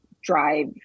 drive